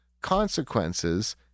consequences